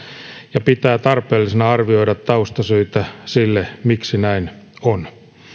ja pitää tarpeellisena arvioida taustasyitä sille miksi näin on